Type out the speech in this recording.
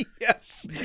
Yes